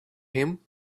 him